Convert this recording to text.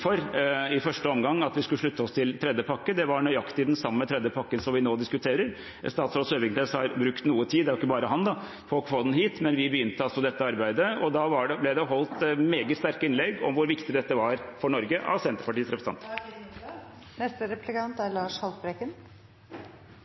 i første omgang at vi skulle slutte oss til tredje pakke. Det var nøyaktig den samme tredje pakken som vi nå diskuterer. Statsråd Søviknes har brukt noe tid – det har ikke bare han – på å få den hit, men vi begynte altså dette arbeidet, og da ble det holdt meget sterke innlegg om hvor viktig dette var for Norge, av Senterpartiets representanter.